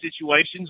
situations